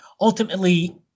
ultimately